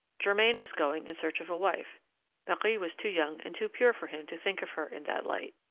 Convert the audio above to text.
germain was going in search of a wife marie was too young and too pure for him to think of her in that light,